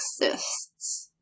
exists